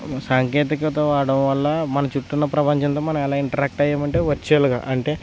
సాంకేతికత వాడటం వల్ల మన చుట్టూ ఉన్న ప్రపంచంతో మనం ఎలా ఇంటరాక్ట్ అయ్యాము అంటే వర్చువల్గా అంటే